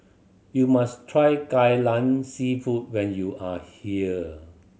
you must try Kai Lan Seafood when you are here